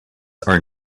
are